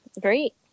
Great